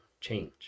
change